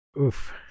Oof